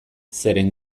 zeren